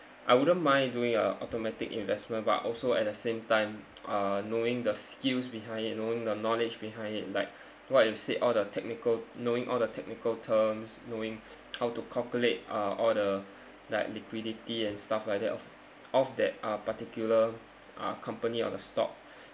I wouldn't mind doing a automatic investment but also at the same time uh knowing the skills behind it knowing the knowledge behind it like what you've said all the technical knowing all the technical terms knowing how to calculate uh all the like liquidity and stuff like that of of that uh particular uh company or the stock